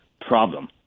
problem